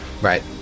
Right